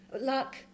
luck